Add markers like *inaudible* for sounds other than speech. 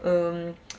um *noise*